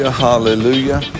Hallelujah